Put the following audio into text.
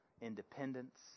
independence